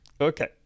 okay